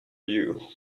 you